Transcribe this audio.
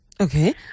okay